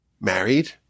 married